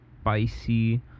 spicy